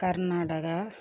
Karnataka